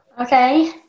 Okay